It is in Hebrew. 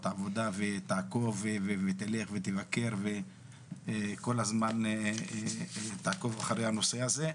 עבודה ותעקוב ותלך ותבקר וכל הזמן תעקוב אחרי הנושא הזה,